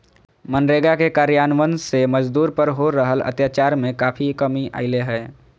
मनरेगा के कार्यान्वन से मजदूर पर हो रहल अत्याचार में काफी कमी अईले हें